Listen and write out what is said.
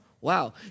Wow